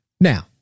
now